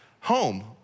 home